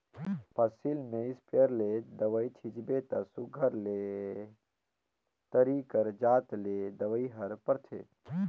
फसिल में इस्पेयर ले दवई छींचबे ता सुग्घर ले तरी कर जात ले दवई हर परथे